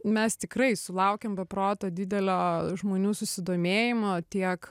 mes tikrai sulaukėm be proto didelio žmonių susidomėjimo tiek